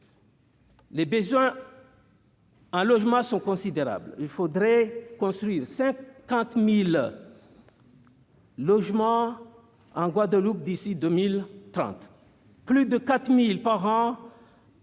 Les besoins en logements sont considérables. Il faudrait en construire 50 000 en Guadeloupe d'ici à 2030, plus de 4 000 par an